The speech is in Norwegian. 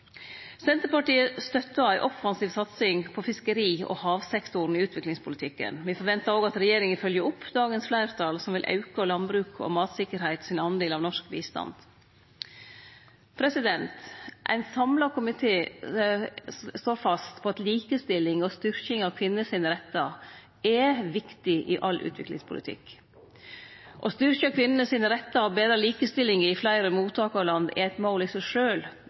Senterpartiet støttar ei offensiv satsing på fiskeri og havsektoren i utviklingspolitikken. Me forventar òg at regjeringa følgjer opp dagens fleirtal, som vil auke landbruket og matsikkerheita sin prosentdel av norsk bistand. Ein samla komité slår fast at likestilling og styrking av kvinnerettar er viktig i all utviklingspolitikk. Å styrkje kvinnerettane og betre likestillinga i fleire mottakarland er eit mål i seg